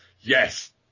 Yes